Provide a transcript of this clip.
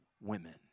women